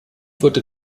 wurde